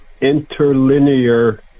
interlinear